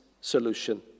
solution